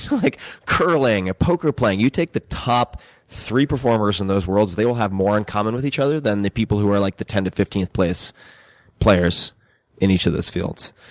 like curling, poker playing you take the top three performers in those worlds, they will have more in common with each other than the people who are like the tenth to fifteenth place players in each of those fields.